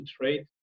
trade